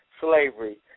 slavery